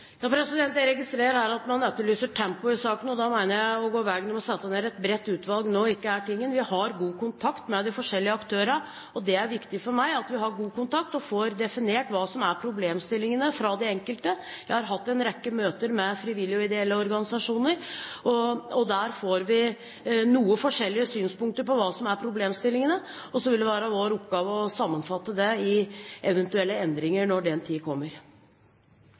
Jeg registrerer at man her etterlyser tempo i saken, og da mener jeg at det å gå veien om å sette ned et bredt utvalg nå ikke er tingen. Vi har god kontakt med de forskjellige aktørene, og det er viktig for meg at vi har god kontakt og får definert hva som er problemstillingene fra de enkelte. Jeg har hatt en rekke møter med frivillige og ideelle organisasjoner, og der får vi noe forskjellige synspunkter på hva som er problemstillingene. Så vil det være vår oppgave å sammenfatte dette i eventuelle endringer når den tid kommer.